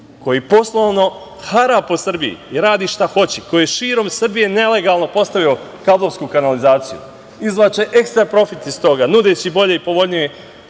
koji poslovno hara po Srbiji i radi šta hoće, koji je širom Srbije nelegalno postavio kablovsku kanalizaciju, izvlače ekstra profit iz toga, nudeći bolje i povoljnije